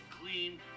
clean